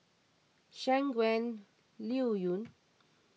Shangguan Liuyun